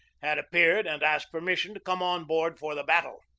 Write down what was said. had appeared and asked permis sion to come on board for the battle.